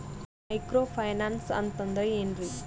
Micro finance ಅಂತಂದ್ರ ಏನ್ರೀ?